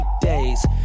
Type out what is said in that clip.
days